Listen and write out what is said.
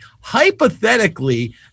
Hypothetically